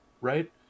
right